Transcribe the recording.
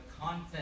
content